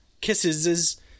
Kisses